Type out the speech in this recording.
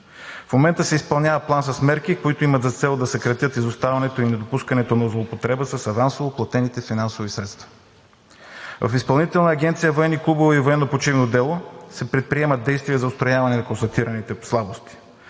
В момента се изпълнява план с мерки, които имат за цел да съкратят изоставянето и недопускането на злоупотреба с авансово преведените финансови средства. В Изпълнителна агенция „Военни клубове и военно-почивно дело“ се предприемат действия за отстраняване на констатираните слабости.